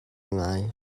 ngai